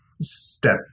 step